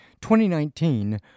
2019